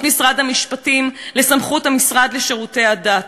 משרד המשפטים לסמכות המשרד לשירותי הדת,